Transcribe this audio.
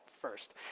first